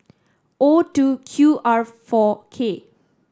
O two Q R four K